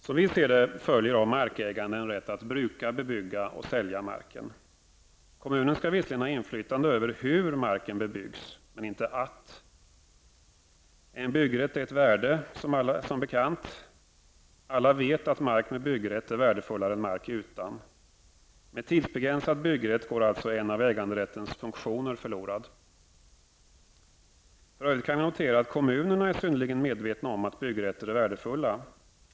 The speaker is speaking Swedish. Som vi ser det följer av markägande en rätt att bruka, bebygga och sälja marken. Kommunen skall visserligen ha inflytande över hur marken bebyggs, men inte att. En byggrätt är som bekant ett värde. Alla vet att mark med byggrätt är värdefullare än mark utan. Med tidsbegränsad byggrätt går alltså en av äganderättens funktioner förlorad. För övrigt kan vi notera att kommunerna är synnerligen medvetna om att byggrätter är värdefulla.